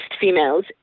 females